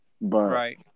Right